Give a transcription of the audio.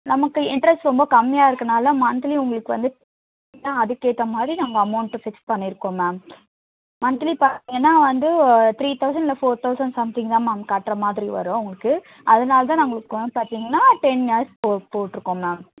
நமக்கு இன்ட்ரெஸ்ட் ரொம்ப கம்மியாக இருக்கதனால மந்த்லி உங்களுக்கு வந்து அதான் அதுக்கேற்றமாரி நாங்கள் அமௌண்டு ஃபிக்ஸ் பண்ணியிருக்கோம் மேம் மந்த்லி பார்த்தீங்கன்னா வந்து த்ரீ தௌசண்ட் இல்லை ஃபோர் தௌசண்ட் சம்திங் தான் மேம் கட்டுறமாதிரி வரும் உங்களுக்கு அதனால்தான் நான் உங்களுக்கு வந்து பார்த்தீங்கன்னா டென் இயர்ஸ் போ போட்டிருக்கோம் மேம்